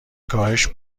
کاهش